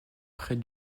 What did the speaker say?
près